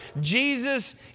Jesus